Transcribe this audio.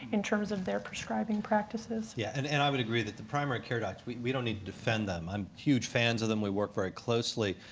in terms of their prescribing practices. yeah, and and i would agree that the primary care docs, we don't need defend them. i'm huge fans of them. we work very closely.